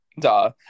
duh